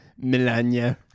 Melania